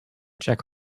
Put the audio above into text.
czech